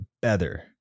better